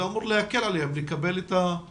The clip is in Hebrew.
זה אמור להקל עליהם לקבל את התמיכה הזאת.